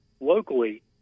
locally